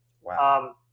Wow